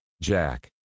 Jack